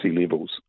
levels